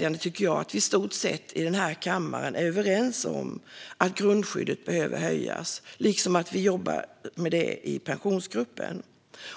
Jag tycker att det är glädjande att vi i denna kammare i stort sett är överens om att grundskyddet behöver höjas liksom att vi jobbar med detta i Pensionsgruppen.